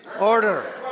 order